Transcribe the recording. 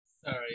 Sorry